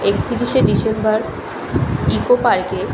একতিরিশে December eco পার্কে